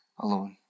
alone